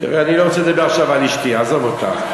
תראה, אני לא רוצה לדבר עכשיו על אשתי, עזוב אותה.